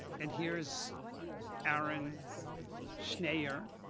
and here is aaron shneyer,